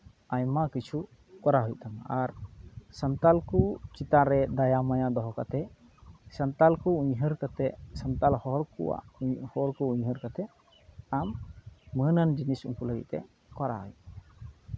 ᱟᱭᱢᱟ ᱠᱤᱪᱷᱩ ᱠᱚᱨᱟᱣ ᱦᱩᱭᱩᱜ ᱛᱟᱢᱟ ᱟᱨ ᱥᱟᱱᱛᱟᱲ ᱠᱚ ᱪᱮᱛᱟᱱ ᱨᱮ ᱫᱟᱭᱟ ᱢᱟᱭᱟ ᱫᱚᱦᱚ ᱠᱟᱛᱮ ᱥᱟᱱᱛᱟᱲ ᱠᱚ ᱩᱭᱦᱟᱹᱨ ᱠᱟᱛᱮ ᱥᱟᱱᱛᱟᱲ ᱦᱚᱲ ᱠᱚ ᱩᱭᱦᱟᱹᱨ ᱠᱟᱛᱮ ᱟᱢ ᱢᱟᱹᱱᱟᱱ ᱡᱤᱱᱤᱥ ᱩᱱᱠᱩ ᱞᱟᱹᱜᱤᱫ ᱛᱮ ᱠᱚᱨᱟᱣ ᱦᱩᱭᱩᱜ ᱛᱟᱢᱟ